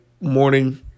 morning